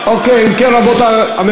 שאין מה לבזבז את זמנה של הכנסת.